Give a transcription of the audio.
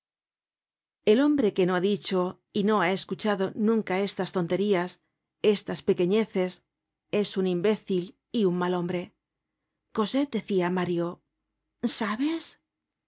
el hombre que no ha dicho y no ha escuchado nunca estas tonterías estas pequeñeces es un imbécil y un mal hombre cosette decia á mario sabes